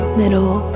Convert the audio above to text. middle